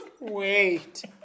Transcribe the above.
Wait